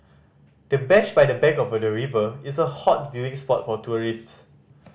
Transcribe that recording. the bench by the bank of the river is a hot viewing spot for tourists